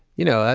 you know,